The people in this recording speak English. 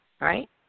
right